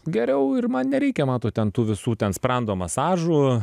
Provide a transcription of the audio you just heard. geriau ir man nereikia matot ten tų visų ten sprando masažų